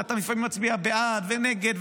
ואתה לפעמים מצביע בעד ונגד,